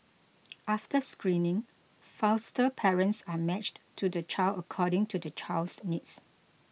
after screening foster parents are matched to the child according to the child's needs